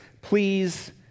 please